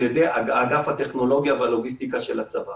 ידי אגף הטכנולוגיה והלוגיסטיקה של הצבא,